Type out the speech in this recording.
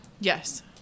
Yes